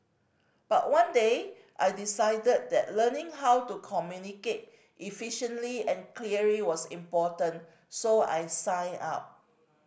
but one day I decided that learning how to communicate efficiently and clearly was important so I signed up